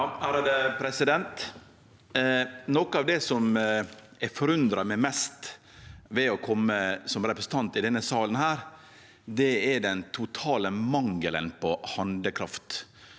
Sve (FrP) Noko av det som har forundra meg mest med å kome som representant i denne salen, er den totale mangelen på handlekraft.